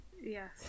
Yes